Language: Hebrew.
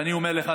ואני אומר לך,